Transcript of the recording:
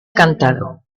cantado